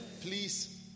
please